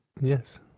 Yes